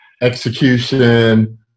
execution